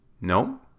No